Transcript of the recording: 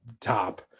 top